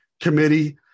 committee